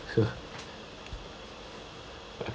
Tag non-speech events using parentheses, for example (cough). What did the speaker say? (laughs)